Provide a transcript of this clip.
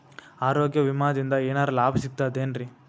ಆರೋಗ್ಯ ವಿಮಾದಿಂದ ಏನರ್ ಲಾಭ ಸಿಗತದೇನ್ರಿ?